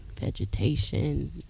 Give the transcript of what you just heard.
vegetation